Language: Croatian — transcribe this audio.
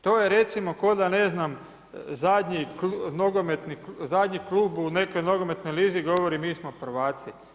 To je recimo ko da ne znam zadnji klub u nekoj nogometnoj lizi govori mi smo prvaci.